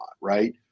right